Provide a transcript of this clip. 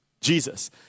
Jesus